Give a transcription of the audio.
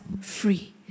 free